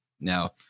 Now